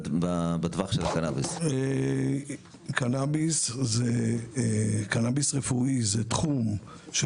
בטווח של הקנביס --- קנביס רפואי זה תחום של